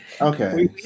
Okay